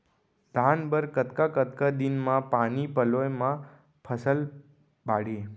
धान बर कतका कतका दिन म पानी पलोय म फसल बाड़ही?